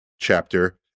chapter